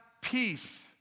peace